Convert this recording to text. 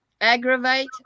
aggravate